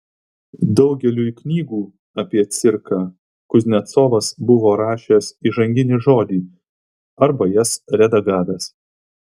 daugeliui knygų apie cirką kuznecovas buvo rašęs įžanginį žodį arba jas redagavęs